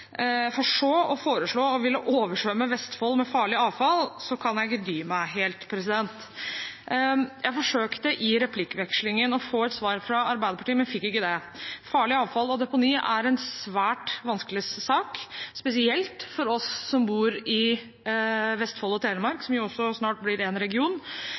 for så å foreslå å ville oversvømme Vestfold med farlig avfall, kan jeg ikke dy meg helt. Jeg forsøkte i replikkvekslingen å få et svar fra Arbeiderpartiet, men fikk ikke det. Farlig avfall og deponi er en svært vanskelig sak, spesielt for oss som bor i Vestfold og Telemark, som også snart blir én region.